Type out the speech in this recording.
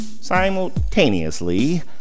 Simultaneously